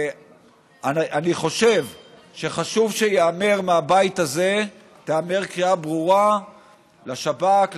אני חושב שחשוב שתיאמר מהבית הזה קריאה ברורה לשב"כ,